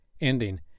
ending